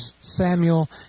Samuel